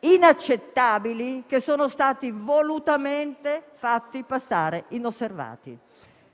inaccettabili che sono stati volutamente fatti passare inosservati: